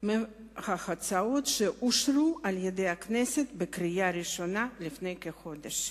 מההצעות שאושרו על-ידי הכנסת בקריאה הראשונה לפני כחודש.